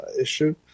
issue